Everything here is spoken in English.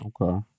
Okay